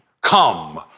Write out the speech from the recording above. come